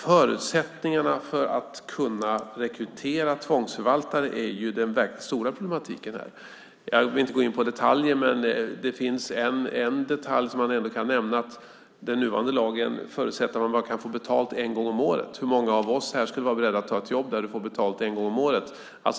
Förutsättningarna för att kunna rekrytera tvångsförvaltare är den verkligt stora problematiken. Utan att gå in alltför mycket i detalj kan det ändå nämnas att den nuvarande lagen förutsätter att man bara kan få betalt en gång om året. Hur många av oss skulle vara beredda att ta ett jobb där man får betalt en gång om året?